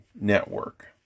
network